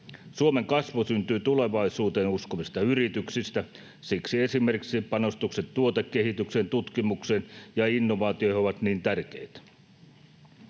Suomen kasvu syntyy tulevaisuuteen uskovista yrityksistä. Siksi esimerkiksi panostukset tuotekehitykseen, tutkimukseen ja innovaatioihin ovat niin tärkeitä.